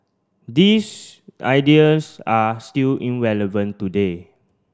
these ideas are still in relevant today